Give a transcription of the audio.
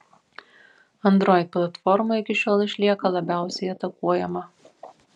android platforma iki šiol išlieka labiausiai atakuojama